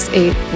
eight